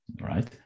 right